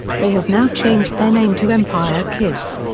they have now changed their name to empire kids.